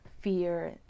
fear